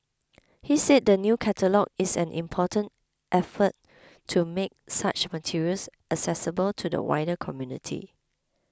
he said the new catalogue is an important effort to make such materials accessible to the wider community